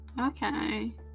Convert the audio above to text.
Okay